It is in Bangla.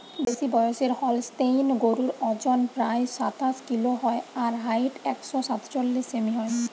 বেশিবয়সের হলস্তেইন গরুর অজন প্রায় সাতশ কিলো হয় আর হাইট একশ সাতচল্লিশ সেমি হয়